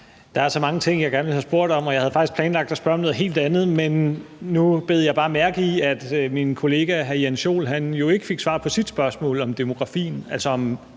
Der er så mange ting, jeg gerne ville have spurgt om, og jeg havde faktisk planlagt at spørge om noget helt andet. Men nu bed jeg bare mærke i, at min kollega hr. Jens Joel ikke fik svar på sit spørgsmål om demografien, altså om